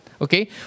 Okay